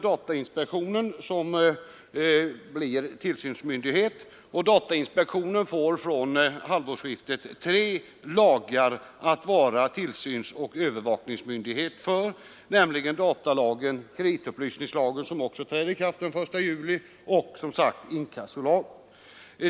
Datainspektionen blir alltså tillsynsmyndighet, och den får från halvårsskiftet tre lagar att vara tillsynsmyndighet och övervakningsmyndighet för, nämligen datalagen, kreditupplysningslagen och — som sagt — inkassolagen.